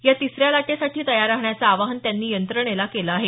या तिसऱ्या लाटेसाठी तयार राहण्याचं आवाहन त्यांनी यंत्रणेला केलं आहे